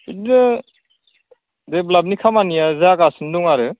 बिदिनो डेभेलपनि खामानिया जागासिनो दं आरो